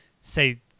say